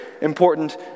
important